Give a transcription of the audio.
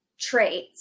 traits